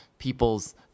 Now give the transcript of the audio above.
people's